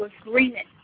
agreement